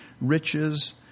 riches